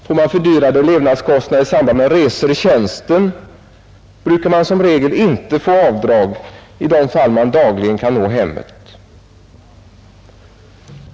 Får man fördyrade levnadskostnader i samband med resor i tjänsten brukar man som regel inte få avdrag i de fall man dagligen kan nå hemmet.